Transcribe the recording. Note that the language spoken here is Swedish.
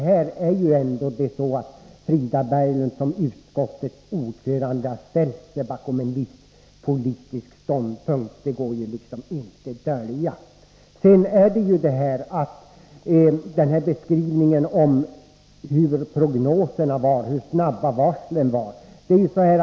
Här är det ändå så, att Frida Berglund som utskottets ordförande har ställt sig bakom en viss politisk ståndpunkt, och det går inte att dölja. Frida Berglund lämnar en beskrivning av prognoserna och säger att antalet varsel har minskat.